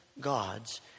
God's